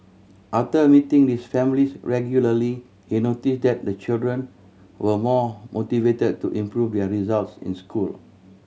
after meeting these families regularly he noticed that the children were more motivated to improve their results in school